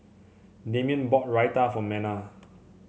Damien bought Raita for Mena